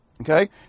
okay